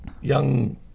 young